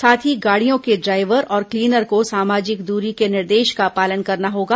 साथ ही गाडियों के डाइवर और क्लीनर को सामाजिक द्री के निर्देश का पालन करना होगा